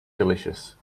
delicious